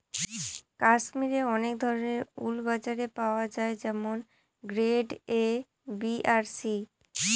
কাশ্মিরে অনেক ধরনের উল বাজারে পাওয়া যায় যেমন গ্রেড এ, বি আর সি